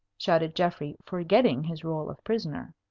shouted geoffrey, forgetting his role of prisoner.